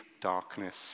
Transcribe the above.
darkness